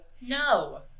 No